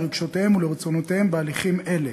לרגשותיהם ולרצונותיהם בהליכים אלה.